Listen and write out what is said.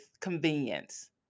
convenience